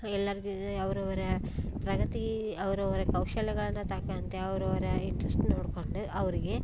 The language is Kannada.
ಎಲ್ಲರಿಗೂ ಅವರವ್ರ ಪ್ರಗತಿ ಅವರವ್ರ ಕೌಶಲ್ಯಗಳನ್ನು ತಕ್ಕಂತೆ ಅವರವ್ರ ಇಂಟ್ರೆಸ್ಟ್ ನೋಡಿಕೊಂಡು ಅವ್ರಿಗೆ